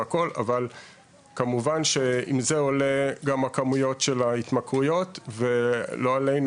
אבל כמובן שאם זה עולה אז גם הכמויות של ההתמכרויות ולא עלינו,